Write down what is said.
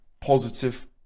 positive